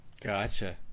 Gotcha